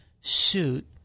suit